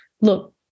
look